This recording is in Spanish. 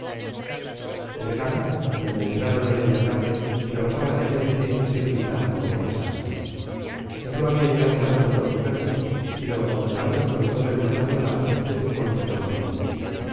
vergara donde entraron a media tarde rebosaba de gente así militar como paisana no sólo había llegado maroto con su ejército sino d carlos con todo el matalotaje de su corte vagabunda